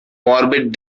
morbid